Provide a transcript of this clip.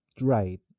right